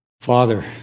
Father